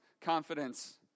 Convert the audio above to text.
confidence